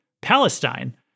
Palestine